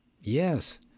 Yes